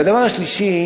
והדבר השלישי